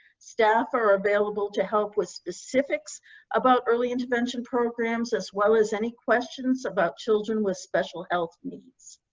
staff are available to help with specifics about early intervention programs as well as any questions about children with special health needs.